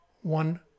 one